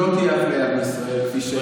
לא תהיה אפליה בישראל כפי שנחתם.